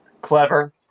Clever